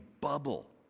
bubble